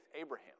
Abraham